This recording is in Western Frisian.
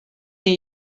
dyn